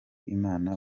imana